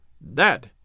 That